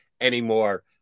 anymore